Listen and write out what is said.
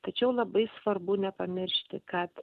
tačiau labai svarbu nepamiršti kad